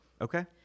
Okay